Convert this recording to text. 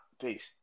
Peace